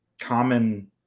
common